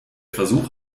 versuch